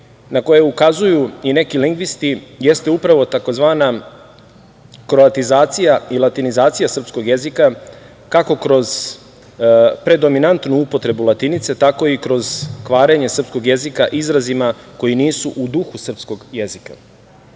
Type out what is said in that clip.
na koje ukazuju i neki lingvisti jeste upravo tzv. kroatizacija i latinizacija srpskog jezika kako kroz predominantnu upotrebu latinice, tako i kroz kvarenje srpskog jezika izrazima koji nisu u duhu srpskog jezika. Pojava